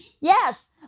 yes